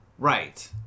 Right